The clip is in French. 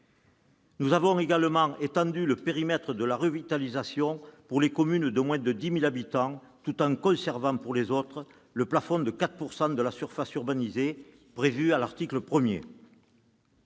Nous avons également étendu le périmètre de la revitalisation pour les communes de moins de 10 000 habitants tout en conservant, pour les autres, le plafond de 4 % de la surface urbanisée prévu à ce même